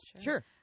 Sure